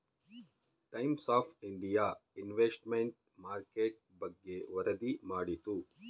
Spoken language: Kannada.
times of India investment market ಬಗ್ಗೆ ವರದಿ ಮಾಡಿತು